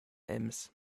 ems